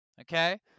Okay